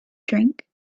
drink